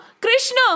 Krishna